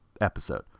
episode